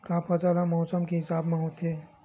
का फसल ह मौसम के हिसाब म होथे?